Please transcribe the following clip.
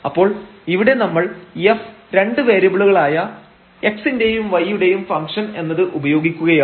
അപ്പോൾ ഇവിടെ നമ്മൾ f രണ്ട് വേരിയബിളുകളായ x ന്റെയും y യുടെയും ഫംഗ്ഷൻഎന്നത് ഉപയോഗിക്കുകയാണ്